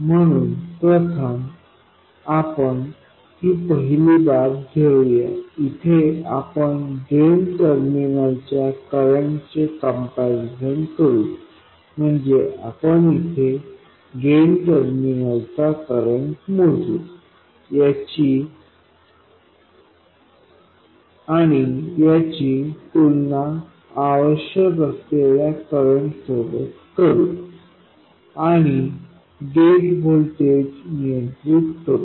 म्हणून प्रथम आपण ही पहिली बाब घेऊया इथे आपण ड्रेन टर्मिनलच्या करंट चे कम्पॅरिझन करू म्हणजे आपण इथे ड्रेन टर्मिनल चा करंट मोजू आणि याची तुलना आवश्यक असलेल्या करंट सोबत करू आणि गेट व्होल्टेज नियंत्रित करू